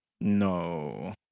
No